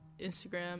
instagram